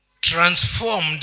transformed